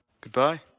goodbye